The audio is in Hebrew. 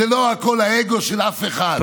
זה לא הכול אגו של אף אחד.